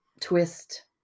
twist